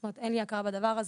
כלומר, לא מכירים ביום הזה.